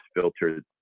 filtered